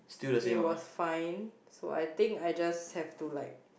it was fine so I think I just have to like